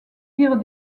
dire